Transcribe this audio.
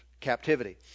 captivity